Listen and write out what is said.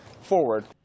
forward